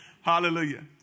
Hallelujah